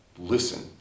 listen